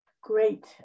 great